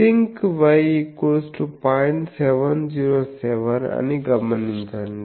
707 అని గమనించండి